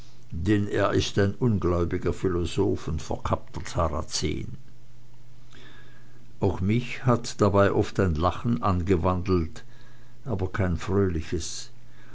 denn er ist ein ungläubiger philosoph und verkappter sarazen auch mich hat dabei oft ein lachen angewandelt aber kein fröhliches